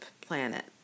planet